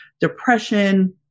depression